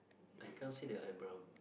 I can't see the eyebrow